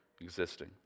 existing